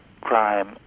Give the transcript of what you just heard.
crime